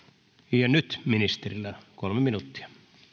ja nyt ministerillä kolme minuuttia